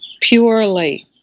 purely